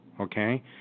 Okay